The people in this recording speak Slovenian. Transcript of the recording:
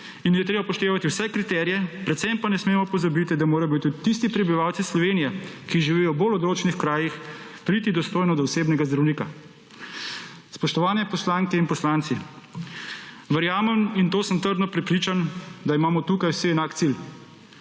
in je treba upoštevati vse kriterije, predvsem pa ne smemo pozabiti, da morajo tudi tisti prebivalci Slovenije, ki živijo v bolj odročnih krajih, priti dostojno do osebnega zdravnika. Spoštovane poslanke in poslanci, verjamem in to sem trdno prepričan, da imamo tukaj vsi enak cilj.